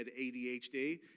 ADHD